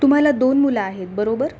तुम्हाला दोन मुलं आहेत बरोबर